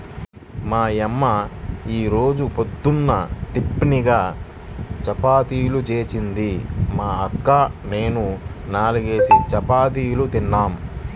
మా యమ్మ యీ రోజు పొద్దున్న టిపిన్గా చపాతీలు జేసింది, మా అక్క నేనూ నాల్గేసి చపాతీలు తిన్నాం